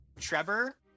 Trevor